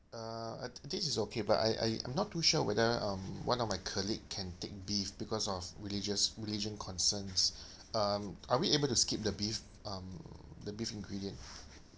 uh I thi~ this is okay but I I I'm not too sure whether um one of my colleague can take beef because of religious religion concerns um are we able to skip the beef um the beef ingredient